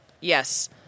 Yes